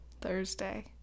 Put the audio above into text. Thursday